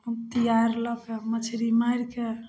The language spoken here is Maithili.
कुरथि आओर लऽ कऽ मछरी मारिके